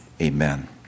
amen